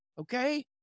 okay